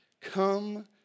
Come